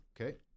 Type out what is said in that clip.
Okay